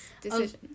decision